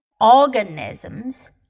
organisms